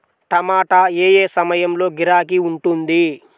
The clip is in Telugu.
టమాటా ఏ ఏ సమయంలో గిరాకీ ఉంటుంది?